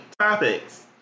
topics